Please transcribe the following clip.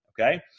Okay